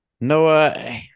Noah